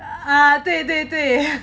ah 对对对